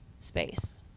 space